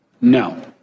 No